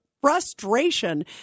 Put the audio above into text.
frustration